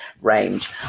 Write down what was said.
range